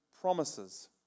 Promises